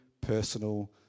personal